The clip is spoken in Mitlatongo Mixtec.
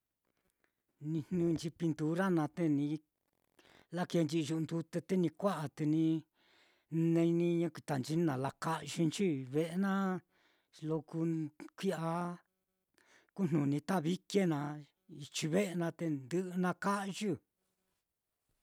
Ni jnɨnchi pintura naá, te ni lakeenchi iyu'u ndute te ni kua'a, te ni te ni yekuitanchi ni nalakayɨnchi ve'e naá xilo kuu kui'ya kujnuni tabique naá ichi ve'e naá, te ndɨ'ɨ naka'yɨ.